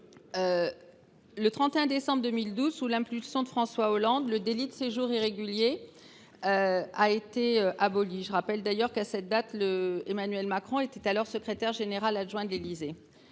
Le 31 décembre 2012, sous l’impulsion de François Hollande, le délit de séjour irrégulier a été aboli. Je rappelle que, à cette date, Emmanuel Macron était secrétaire général adjoint de l’Élysée…